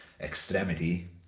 extremity